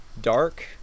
dark